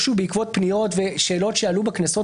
שוב בעקבות פניות ושאלות שעלו בכנסות